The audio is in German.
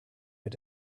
mit